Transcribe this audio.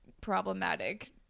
problematic